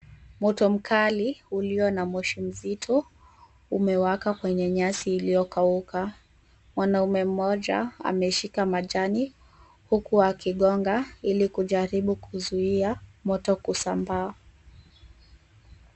Moto mkali ulio na moshi mzito umewaka kwenye nyasi iliyokauka. Mwanaume mmoja ameshika majani huku akigonga ili kujaribu kuzuia moto kusambaa.